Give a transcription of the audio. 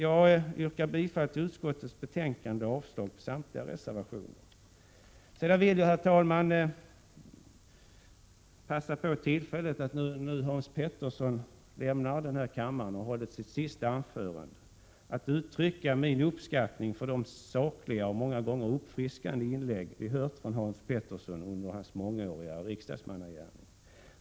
Jag yrkar bifall till utskottets hemställan och avslag på samtliga reservationer. Sedan vill jag, herr talman, passa på tillfället, när Hans Petersson i Röstånga nu lämnar kammaren och har hållit sitt sista anförande, att uttrycka min uppskattning av de sakliga och många gånger uppfriskande inlägg som han har gjort under sin mångåriga riksdagsmannagärning.